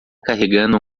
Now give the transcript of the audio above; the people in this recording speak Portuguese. carregando